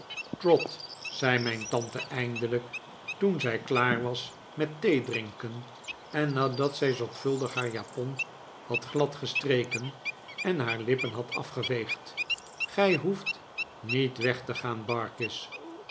trot zei mijn tante eindelijk toen zij klaar was met theedrinken en nadat zij zorgvuldig haar japon had gladgestreken en haar lippen had afgeveegd gij hoeft niet weg te gaan barkis